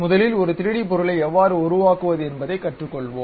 முதலில் ஒரு 3D பொருளை எவ்வாறு உருவாக்குவது என்பதைக் கற்றுக்கொள்வோம்